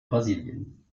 brasilien